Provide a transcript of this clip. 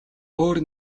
өөр